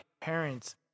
parents